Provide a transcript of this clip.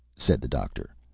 said the doctor.